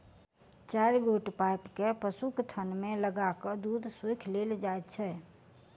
चारि गोट पाइप के पशुक थन मे लगा क दूध सोइख लेल जाइत छै